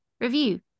review